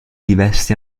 diversi